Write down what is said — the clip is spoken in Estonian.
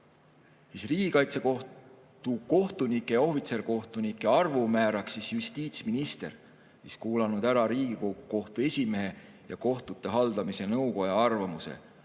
arv. Riigikaitsekohtu kohtunike ja ohvitserkohtunike arvu määraks justiitsminister, kes on kuulanud ära Riigikohtu esimehe ja kohtute haldamise nõukoja arvamuse.